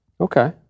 Okay